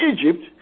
Egypt